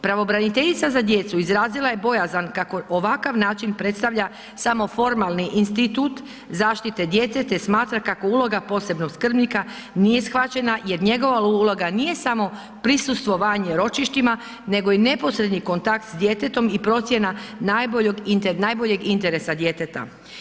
Pravobraniteljica za djecu izrazila je bojazan kako ovakav način predstavlja samo formalni institut zaštite djece te smatra kako uloga posebnog skrbnika nije shvaćena jer njegova uloga nije samo prisustvovanje ročištima nego i neposredni kontakt s djetetom i procjena najboljeg interesa djeteta.